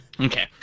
Okay